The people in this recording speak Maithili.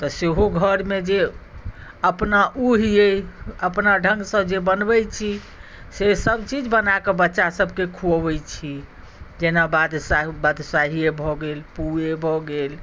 तऽ सेहो घरमे जे अपना उहि अइ अपना ढङ्गसँ जे बनबैत छी से सभचीज बना कऽ बच्चासभके खुअबैत छी जेना बादशाह बादशाहिए भऽ गेल पुए भऽ गेल